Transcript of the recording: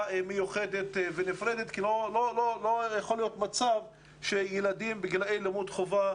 מיוחדת ונפרדת כי לא יכול להיות מצב שילדים בגילי לימוד חובה,